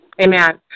Amen